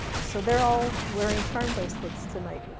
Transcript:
so they're all wearing charm bracelets tonight.